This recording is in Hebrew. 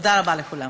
תודה רבה לכולם.